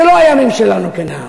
זה לא הימים שלנו כנערים.